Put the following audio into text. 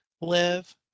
live